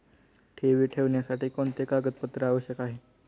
ठेवी ठेवण्यासाठी कोणते कागदपत्रे आवश्यक आहे?